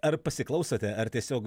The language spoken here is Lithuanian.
ar pasiklausote ar tiesiog